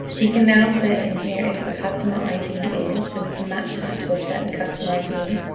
we can now set in here if a customer id is, so we can match that to a certain customer id,